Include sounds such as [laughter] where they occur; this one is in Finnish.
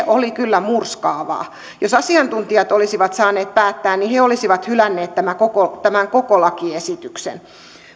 [unintelligible] oli kyllä murskaavaa jos asiantuntijat olisivat saaneet päättää he olisivat hylänneet tämän koko lakiesityksen